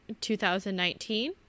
2019